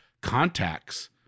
contacts